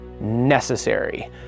necessary